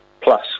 plus